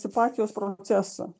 situacijos procesą